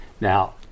Now